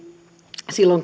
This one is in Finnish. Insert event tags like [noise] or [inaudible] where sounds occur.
silloin [unintelligible]